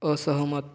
असहमत